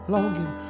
Longing